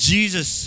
Jesus